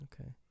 Okay